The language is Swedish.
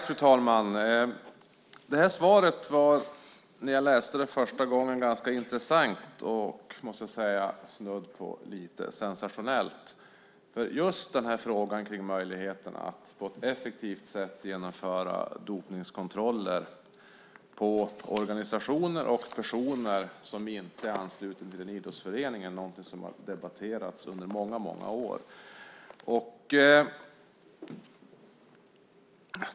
Fru talman! När jag läste svaret första gången tyckte jag att det var ganska intressant och snudd på lite sensationellt. Just frågan om möjligheterna att på ett effektivt sätt genomföra dopningskontroller inom organisationer och på personer som inte är anslutna till en idrottsförening är någonting som har debatterats under många år.